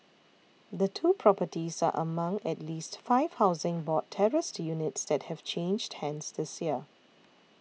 the two properties are among at least five Housing Board terraced units that have changed hands this year